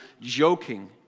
joking